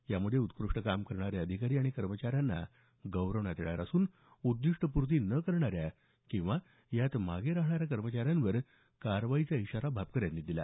यात उत्कृष्ट काम करणाऱ्या अधिकारी आणि कर्मचाऱ्यांना गौरवण्यात येणार असून उद्दिष्टपूर्ती न करणाऱ्या किंवा यात मागे राहिलेल्या कर्मचाऱ्यांवर कारवाईचा इशारा भापकर यांनी दिला